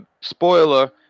Spoiler